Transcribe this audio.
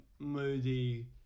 moody